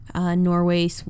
Norway